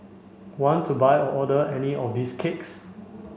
want to buy or order any of these cakes